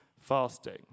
fasting